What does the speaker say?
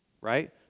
right